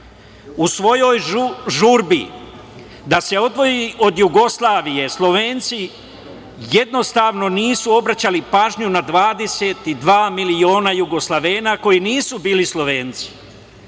u svojoj žurbi da se odvoji od Jugoslavije, Slovenci jednostavno nisu obraćali pažnju na 22 miliona Jugoslovena koji nisu bili Slovenci,